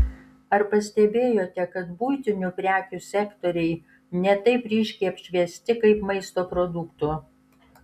ar pastebėjote kad buitinių prekių sektoriai ne taip ryškiai apšviesti kaip maisto produktų